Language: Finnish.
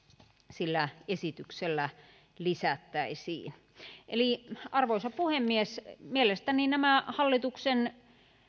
sillä esityksellä lisättäisiin eli arvoisa puhemies mielestäni nämä hallituksen